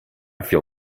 feel